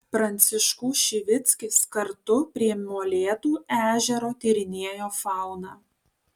pranciškų šivickis kartu prie molėtų ežero tyrinėjo fauną